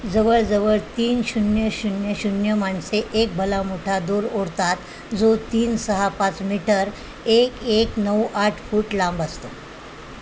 जवळजवळ तीन शून्य शून्य शून्य माणसे एक भला मोठा दोर ओढतात जो तीन सहा पाच मीटर एक एक नऊ आठ फूट लांब असतो